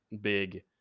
big